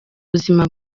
buzima